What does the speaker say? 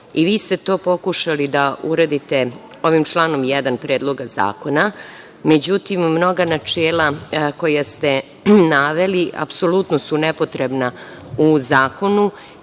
ste to pokušali da uredite ovim članom 1. Predloga zakona. Međutim, mnoga načela koja ste naveli apsolutno su nepotrebna u zakonu